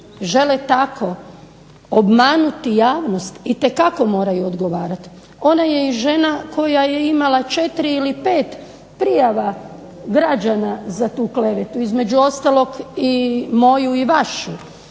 žele tako obmanuti javnost itekako moraju odgovarati. Ona je i žena koja je imala 4 ili 5 prijava građana za tu kleveta. Između ostalog i moju i vašu.